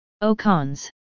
O-Cons